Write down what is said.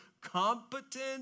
competent